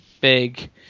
big